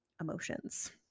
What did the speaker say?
emotions